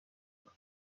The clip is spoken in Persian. کنم